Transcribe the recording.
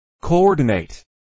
Coordinate